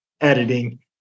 editing